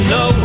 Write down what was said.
no